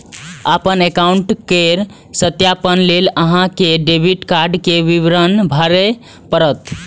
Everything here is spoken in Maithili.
अपन एकाउंट केर सत्यापन लेल अहां कें डेबिट कार्ड के विवरण भरय पड़त